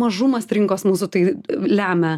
mažumas rinkos mūsų tai lemia